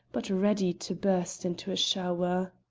but ready to burst into a shower.